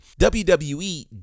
WWE